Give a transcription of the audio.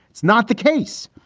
it's not the case.